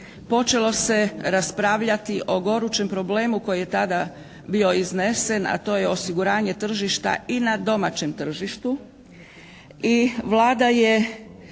počelo se raspravljati o gorućem problemu koji je tada bio iznesen, a to je osiguranje tržišta i na domaćem tržištu. I Vlada je